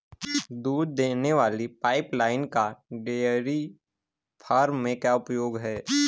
दूध देने वाली पाइपलाइन का डेयरी फार्म में क्या उपयोग है?